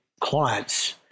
clients